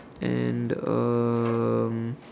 and um